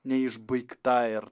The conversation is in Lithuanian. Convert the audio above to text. neišbaigta ir